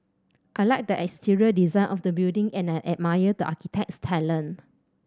I like the exterior design of the building and I admire the architect's talent